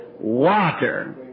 water